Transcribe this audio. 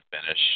finish